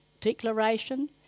declaration